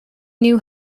new